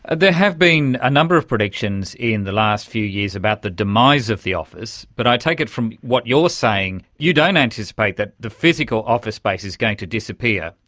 there have been a number of predictions in the last few years about the demise of the office, but i take it from what you're saying, you don't anticipate that the physical office space is going to disappear,